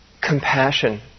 compassion